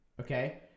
Okay